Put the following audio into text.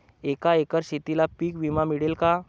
एका एकर शेतीला पीक विमा मिळेल का?